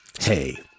Hey